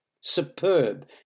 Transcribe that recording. Superb